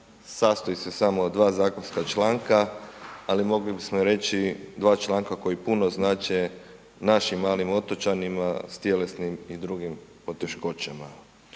sastoji se samo od dva zakonska članka, ali mogli bismo reći dva članka koji puno znače našim malim otočanima s tjelesnim i drugim poteškoćama.